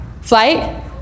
Flight